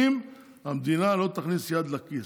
אם המדינה לא תכניס את היד לכיס,